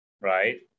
right